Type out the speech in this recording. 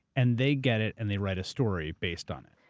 and they get it and they write a story based on it?